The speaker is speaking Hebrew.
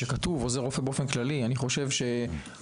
שכתוב עוזר רופא באופן כללי אני חושב שכולי